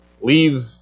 Leave